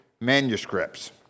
manuscripts